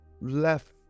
left